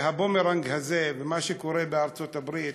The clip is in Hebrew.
והבומרנג הזה, ומה שקורה בארצות-הברית,